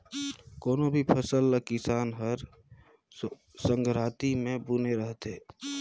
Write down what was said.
कोनो भी फसल ल किसान हर संघराती मे बूने रहथे